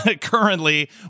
currently